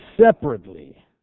separately